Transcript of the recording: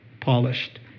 polished